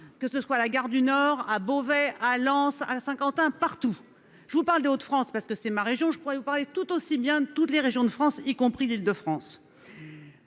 que ce soit à la gare du Nord à Beauvais, à Lens, à Saint-Quentin, partout, je vous parle d'de France parce que c'est ma région, je pourrais vous parler tout aussi bien de toutes les régions de France, y compris l'Île-de-France